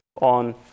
on